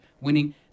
winning